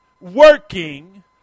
working